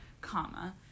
comma